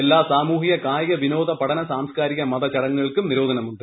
എല്ലാ സാമൂഹികകായിക വിനോദ പഠന്ന സാംസ്കാരിക മത ചടങ്ങുകൾക്കും നിരോധനമുണ്ട്